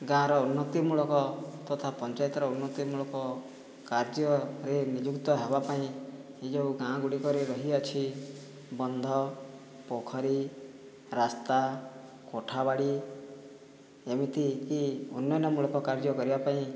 ଗାଁର ଉନ୍ନତିମୂଳକ ତଥା ପଞ୍ଚାୟତର ଉନ୍ନତିମୂଳକ କାର୍ଯ୍ୟରେ ନିଯୁକ୍ତ ହେବା ପାଇଁ ଏ ଯେଉଁ ଗାଁଗୁଡ଼ିକରେ ରହିଅଛି ବନ୍ଧ ପୋଖରୀ ରାସ୍ତା କୋଠାବାଡ଼ି ଏମିତିକି ଉନ୍ନୟନମୂଳକ କାର୍ଯ୍ୟ କରିବା ପାଇଁ